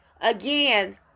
Again